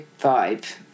vibe